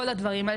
כל הדברים האלה,